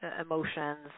emotions